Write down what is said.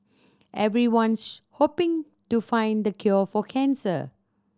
everyone's hoping to find the cure for cancer